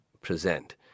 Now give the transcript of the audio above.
present